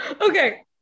Okay